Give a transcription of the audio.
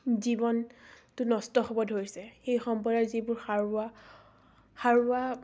জীৱনটো নষ্ট হ'ব ধৰিছে সেই সম্পদে যিবোৰ সাৰুৱা সাৰুৱা